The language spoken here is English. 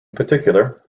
particular